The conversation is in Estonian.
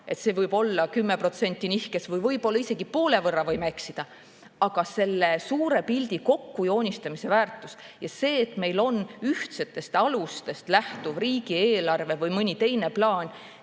et see võib-olla 10% nihkes või isegi poole võrra võime eksida, siis on suure pildi kokku joonistamine ja see, et meil on ühtsetest alustest lähtuv riigieelarve või mõni teine plaan,